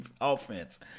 offense